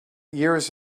years